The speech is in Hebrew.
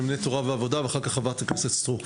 נאמני תודה ועבודה ואחר-כך חברת הכנסת סטרוק.